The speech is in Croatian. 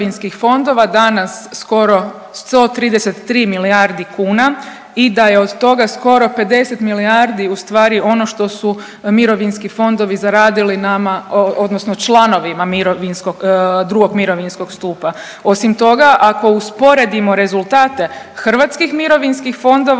danas skoro 133 milijardi kuna i da je od toga skoro 50 milijardi ustvari ono što su mirovinski fondovi zaradili nama odnosno članovima mirovinskog, drugog mirovinskog stupa. Osim toga ako usporedimo rezultate hrvatskih mirovinskih fondova